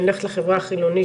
אני הולכת לחברה החילונית,